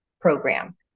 program